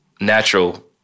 natural